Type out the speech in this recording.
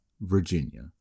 Virginia